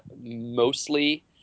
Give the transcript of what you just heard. mostly